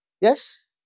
Yes